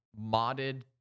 modded